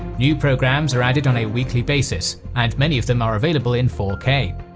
new programs are added on a weekly basis, and many of them are available in four k.